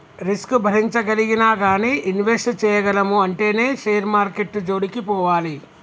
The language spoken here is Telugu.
రిస్క్ భరించగలిగినా గానీ ఇన్వెస్ట్ చేయగలము అంటేనే షేర్ మార్కెట్టు జోలికి పోవాలి